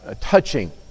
touching